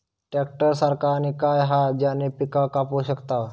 Tractor सारखा आणि काय हा ज्याने पीका कापू शकताव?